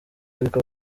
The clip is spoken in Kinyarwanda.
bariko